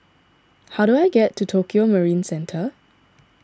how do I get to Tokio Marine Centre